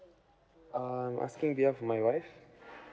um I'm asking behalf my wife